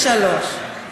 פי-שלושה,